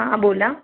हां बोला